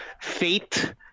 Fate